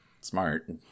Smart